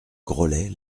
grollet